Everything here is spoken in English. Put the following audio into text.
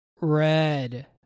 red